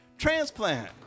transplant